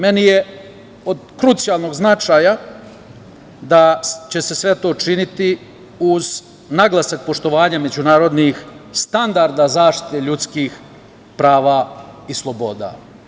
Meni je od krucijalnog značaja da će se sve to činiti uz naglasak poštovanja međunarodnih standarda zaštite ljudskih prava i sloboda.